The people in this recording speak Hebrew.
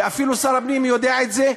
ואפילו שר הפנים יודע את זה.